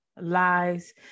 lies